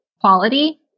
quality